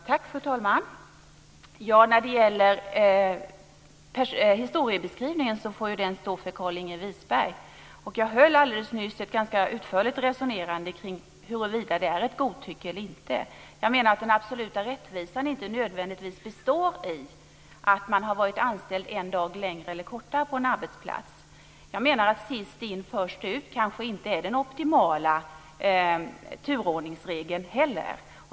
Fru talman! Historiebeskrivningen får stå för Carlinge Wisberg. Jag höll alldeles nyss ett ganska utförligt resonemang kring huruvida det är ett godtycke eller inte. Jag menar att den absoluta rättvisan inte nödvändigtvis består i att man har varit anställd en dag längre eller en dag kortare på en arbetsplats. Jag menar att sist in, först ut kanske inte heller är den optimala turordningsregeln.